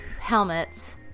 Helmets